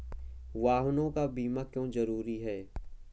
वाहनों का बीमा क्यो जरूरी है?